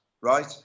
right